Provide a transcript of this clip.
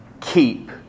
keep